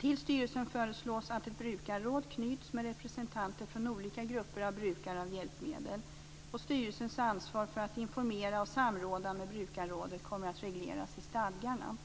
Det föreslås att ett brukarråd med representanter från olika grupper av brukare av hjälpmedel knyts till styrelsen. Styrelsens ansvar för att informera och samråda med brukarrådet kommer att regleras i stadgarna.